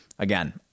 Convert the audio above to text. Again